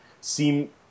seem